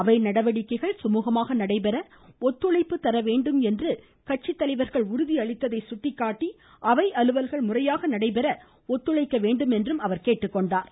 அவை நடவடிக்கைகள் சுமூகமாக நடைபெற ஒத்துழைப்பு தரவேண்டும் என்று கட்சி தலைவர்கள் உறுதி அளித்ததை சுட்டிக்காட்டி அவை அலுவல்கள் முறையாக நடைபெற ஒத்துழைக்க வேண்டும் என்று கேட்டுக்கொண்டார்